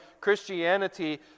Christianity